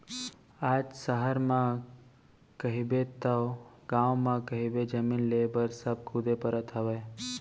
आज सहर म कहिबे तव गाँव म कहिबे जमीन लेय बर सब कुदे परत हवय